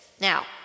Now